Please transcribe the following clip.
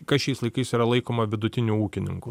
kas šiais laikais yra laikoma vidutiniu ūkininku